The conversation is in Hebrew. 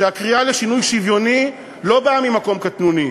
שהקריאה לשירות שוויוני לא באה ממקום קטנוני,